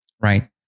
right